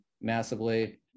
massively